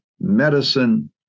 medicine